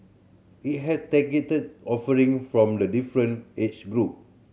it has targeted offering from the different age group